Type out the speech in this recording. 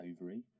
ovary